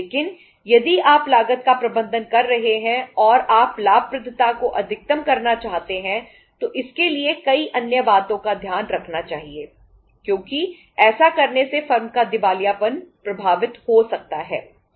लेकिन यदि आप लागत का प्रबंधन कर रहे हैं और आप लाभप्रदता को अधिकतम करना चाहते हैं तो इसके लिए कई अन्य बातों का ध्यान रखना चाहिए क्योंकि ऐसा करने से फर्म का दिवालियापन प्रभावित हो सकता है